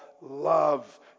love